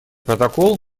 протокол